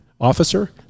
officer